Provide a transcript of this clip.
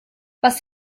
was